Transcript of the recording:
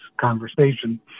conversation